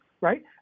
right